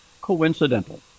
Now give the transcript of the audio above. coincidental